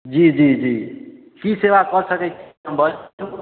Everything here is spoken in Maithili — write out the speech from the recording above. जी जी जी की सेवा कऽ सकै छी बाजु